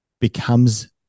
becomes